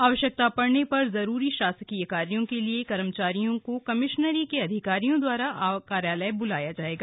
आवश्यकता पड़ने पर जरूरी शासकीय कार्यो के लिए कर्मचारियों को कमिश्नरी के अधिकारियों द्वारा कार्यालय ब्लाया जायेगा